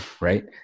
right